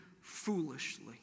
foolishly